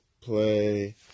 play